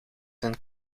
een